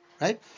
Right